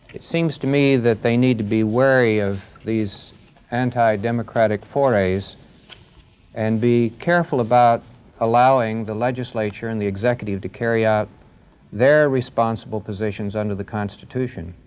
it seems to me that they need to be wary of these anti-democratic forays and be careful about allowing the legislature and the executive to carry out their responsible positions under the constitution.